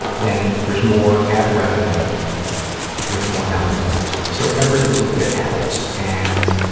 then there's more ad revenue with more downloads. so, every little bit helps, and